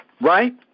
right